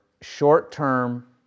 short-term